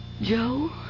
Joe